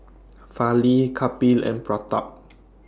Fali Kapil and Pratap